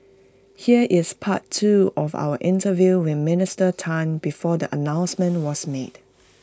here is part two of our interview with Minister Tan before the announcement was made